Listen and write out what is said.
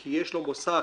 כי יש לו מוסך,